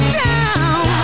down